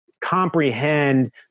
comprehend